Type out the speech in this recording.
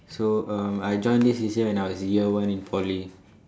so uh I join this C_C_A when I was in year one in Poly